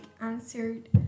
answered